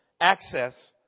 access